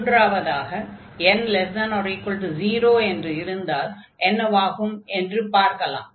மூன்றாவதாக n≤0 என்றிருந்தால் என்னவாகும் என்று பார்க்கலாம்